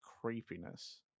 creepiness